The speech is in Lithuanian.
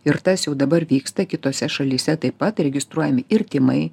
ir tas jau dabar vyksta kitose šalyse taip pat registruojami ir tymai